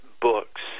Books